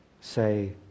say